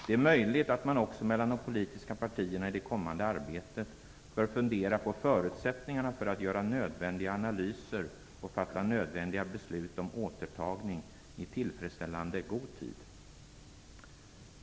Det är möjligt att man också mellan de politiska partierna i det kommande arbetet bör fundera över förutsättningarna för att göra nödvändiga analyser och fatta nödvändiga beslut om återtagning i tillräckligt god tid.